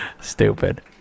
Stupid